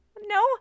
No